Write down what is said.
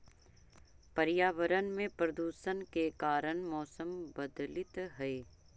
पर्यावरण में प्रदूषण के कारण मौसम बदलित हई